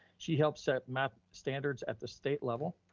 she helped set math standards at the state level.